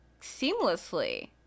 seamlessly